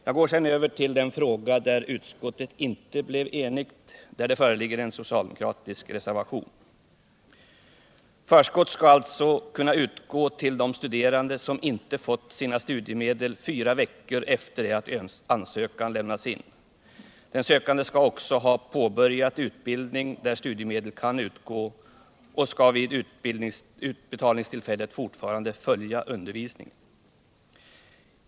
Jag går sedan över till den fråga där utskottet inte blev enigt och där det också finns en socialdemokratisk reservation. Förskott skall alltså kunna utgå till de studerande som inte fått sina studiemedel fyra veckor efter det att ansökan lämnats in. Den sökande skall också ha påbörjat utbildning där studiemedel kan utgå och skall vid utbetalningstillfället fortfarande följa Nr 141 undervisningen.